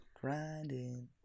Grinding